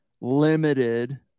Limited